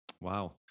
wow